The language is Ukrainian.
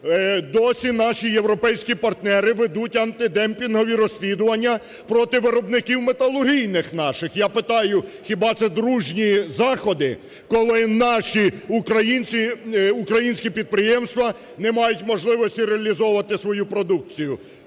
Досі наші європейські партнери ведуть антидемпінгові розслідування проти виробників металургійних наших. Я питаю: хіба це дружні заходи, коли наші українські підприємства не мають можливості реалізовувати свою продукцію?